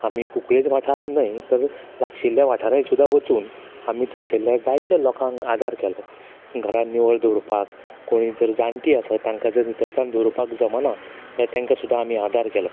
आमी कुंकळेंच वाठारांत न्हय तर लागशिल्ल्या वाठारांनी सुद्दां वचून आमी थंयसरल्ल्या जायत्यो लोकांक आदार केलो घरां निवळ दिवरपाक कोणीय जर जाण्टी आसा तांकां जर नितळसाण दवरूपाक जमना जाल्यार तांकां सुद्दां आमी आदार केलो